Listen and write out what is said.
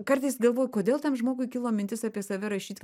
kartais galvoju kodėl tam žmogui kilo mintis apie save rašyt